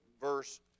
verse